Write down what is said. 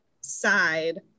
side